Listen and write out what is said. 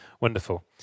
Wonderful